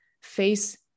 face